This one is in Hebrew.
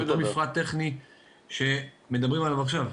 זה אותו מפרט טכני שמדברים עליו עכשיו.